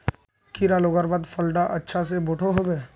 कीड़ा लगवार बाद फल डा अच्छा से बोठो होबे?